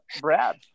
Brad